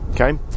Okay